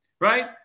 right